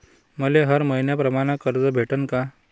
मले हर मईन्याप्रमाणं कर्ज भेटन का?